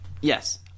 Yes